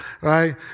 right